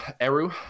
Eru